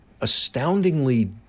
astoundingly